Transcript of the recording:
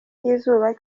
y’izuba